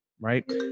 right